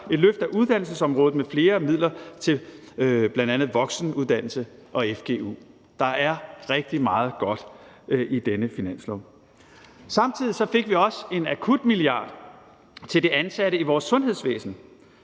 et løft af uddannelsesområdet med flere midler til bl.a. voksenuddannelse og fgu. Der er rigtig meget godt i denne finanslov. Samtidig fik vi også 1 akutmilliard til de ansatte i vores sundhedsvæsen.